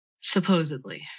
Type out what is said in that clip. Supposedly